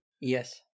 Yes